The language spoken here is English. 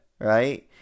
right